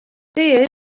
teie